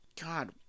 God